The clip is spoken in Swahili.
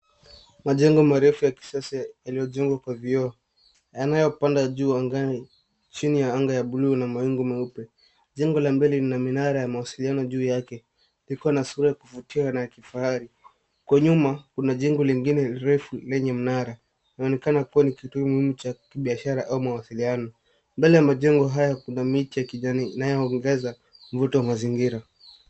Majengo marefu ya kisasa yaliyojengwa kwa vioo yanayopanda juu angani chini ya anga ya buluu na mawingu meupe. Jengo la mbele lina minara ya mawasiliano juu yake. Liko na sura ya kuvutia na ya kifahari. Kwa nyuma kuna jengo lingine refu lenye mnara. Inaonekana kuwa ni kituo cha kibiashara au mawasiliano. Mbele ya majengo haya kuna miti ya kijani inayoongeza mvuto wa mazingira.